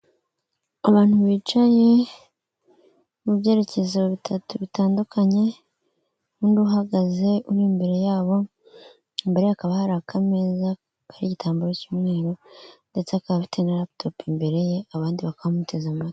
Abantu bicaye mu byerekezo bitatu bitandukanye n'undi uhagaze uri imbere yabo imbere ye hakaba hari akameza kariho igitambaro cy'umweru ndetse akaba afite n'araputopu imbere ye abandi bakaba bamuteza amatwi.